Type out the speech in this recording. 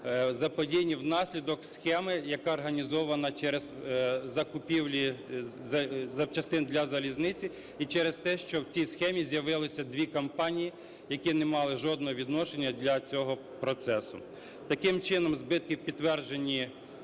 заподіяні внаслідок схеми, яка організована через закупівлі запчастин для залізниці, і через те, що в цій схемі з'явилося дві компанії, які не мали жодного відношення для цього процесу. Таким чином, збитки підтверджені